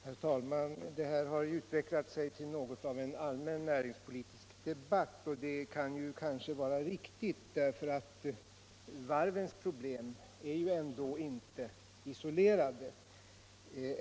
Herr talman! Det här har utvecklat sig till något av en allmän näringspolitisk debatt och det kan kanske vara riktigt, eftersom varvsproblemen inte är isolerade.